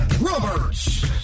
Roberts